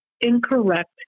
incorrect